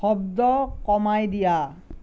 শব্দ কমাই দিয়া